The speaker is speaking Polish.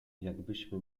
jakbyśmy